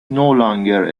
longer